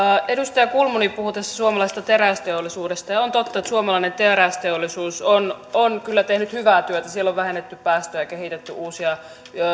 edustaja kulmuni puhui tässä suomalaisesta terästeollisuudesta ja ja on totta että suomalainen terästeollisuus on on kyllä tehnyt hyvää työtä siellä on vähennetty päästöjä ja kehitetty uusia